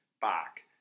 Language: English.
back